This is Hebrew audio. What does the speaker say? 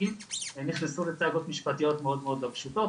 נציגים בעבר נכנסו לסאגות משפטיות מאוד לא פשוטות.